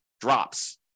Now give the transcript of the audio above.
drops